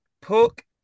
poke